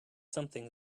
something